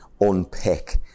unpick